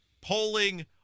polling